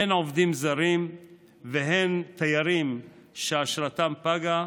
הן עובדים זרים והן תיירים שאשרתם פגה,